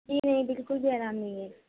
جی نہیں بالکل بھی آرام نہیں ہے